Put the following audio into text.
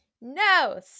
No